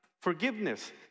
forgiveness